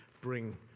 bring